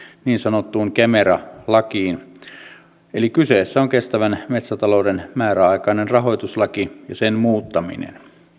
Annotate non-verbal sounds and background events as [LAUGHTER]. niin sanottuun kemera lakiin [UNINTELLIGIBLE] kyseessä on kestävän metsätalouden määräaikainen rahoituslaki ja sen muuttaminen